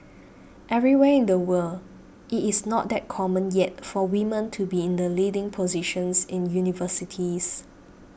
everywhere in the world it is not that common yet for women to be in the leading positions in universities